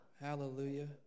Hallelujah